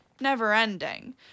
never-ending